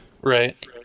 right